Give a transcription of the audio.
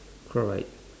correct